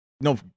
no